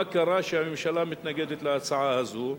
מה קרה שהממשלה מתנגדת להצעה הזאת,